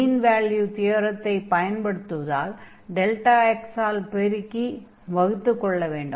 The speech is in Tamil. மீண் வேல்யூ தியரத்தை பயன்படுத்துவதால் δx ஆல் பெருக்கி வகுத்துக் கொள்ள வேண்டும்